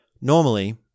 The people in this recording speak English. normally